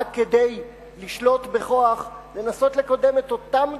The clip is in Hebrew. רק כדי לשלוט בכוח, לנסות לקדם את אותם דברים,